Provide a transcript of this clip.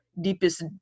deepest